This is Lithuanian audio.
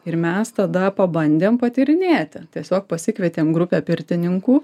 ir mes tada pabandėm patyrinėti tiesiog pasikvietėm grupę pirtininkų